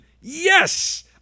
Yes